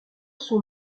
son